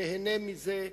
נהנה מזה.